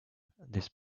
this